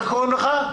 איך קוראים לך?